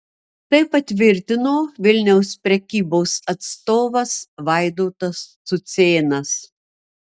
tai patvirtino vilniaus prekybos atstovas vaidotas cucėnas